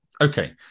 Okay